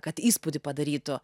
kad įspūdį padarytų